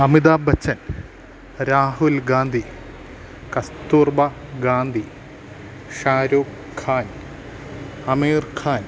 Amitha Bachchan Rahul Gandhi Kasturba Gandhi Shahrukh Khan Aamir Khan